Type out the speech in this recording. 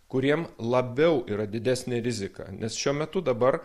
kuriem labiau yra didesnė rizika nes šiuo metu dabar